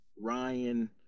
Ryan